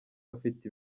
bafite